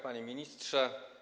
Panie Ministrze!